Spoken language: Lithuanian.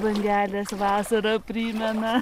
bangelės vasarą primena